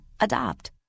Adopt